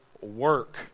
work